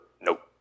Nope